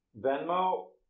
Venmo